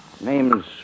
Name's